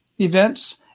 events